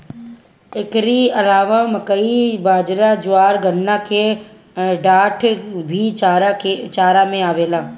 एकरी अलावा मकई, बजरा, ज्वार, गन्ना के डाठ भी चारा में आवेला